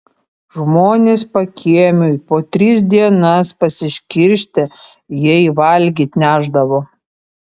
žmonės pakiemiui po tris dienas pasiskirstę jai valgyt nešdavo